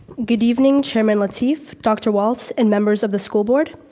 good evening chairman lateef, dr. walts, and members of the school board.